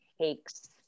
takes